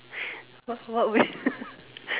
what what will you